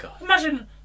Imagine